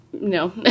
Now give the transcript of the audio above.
No